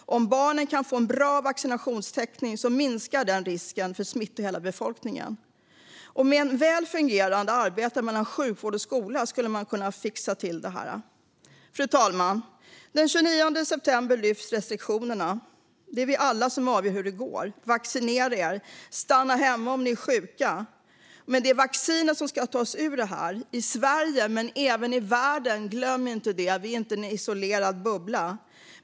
Om barnen kan få en bra vaccinationstäckning minskar det risken för smitta i hela befolkningen. Med ett väl fungerande arbete mellan sjukvård och skola skulle man kunna fixa det. Fru talman! Den 29 september lyfts restriktionerna. Det är vi alla som avgör hur det går. Vaccinera er! Stanna hemma om ni är sjuka! Men det är vaccinet som ska ta oss ur detta i Sverige och även i världen. Glöm inte det! Vi är inte i en isolerad bubbla.